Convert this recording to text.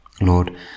Lord